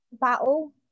battle